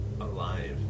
alive